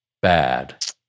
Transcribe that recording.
bad